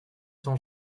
sans